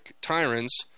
tyrants